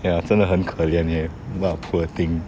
ya 真的很可怜 leh what a poor thing